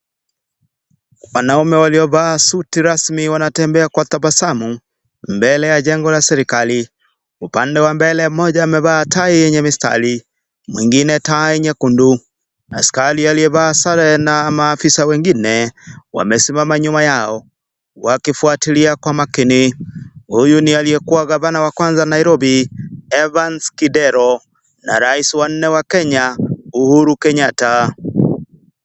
Wanaume waliovaa, suti rasmi wanatembea kwa tabasamu mbele ya jengo la serikali. Upande wa mbele moja amevaa tai yenye mistari, mwengine tai nyekundu. Askari aliyevaa sare na maafisa wengine wamesimama nyuma yao wakifuatilia kwa makini. Huyu ni aliyekuwa gavana wa kwanza Nairobi, Evans Kidero na aliye kuwa rais wa nne wa Kenya Uhuru Kenyatta.